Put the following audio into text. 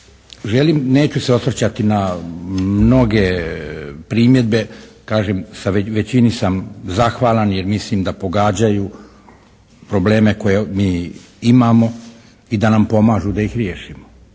Želim, neću se osvrtati na mnoge primjedbe. Kažem, većini sam zahvalan jer mislim da pogađaju probleme koje mi imamo i da nam pomažu da ih riješimo.